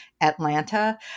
Atlanta